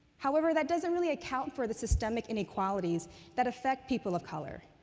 however, that doesn't really account for the systemic inequalities that affect people of color.